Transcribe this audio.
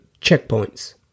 checkpoints